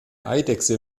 eidechse